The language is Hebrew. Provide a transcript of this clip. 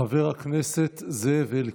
חבר הכנסת זאב אלקין.